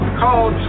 called